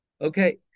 Okay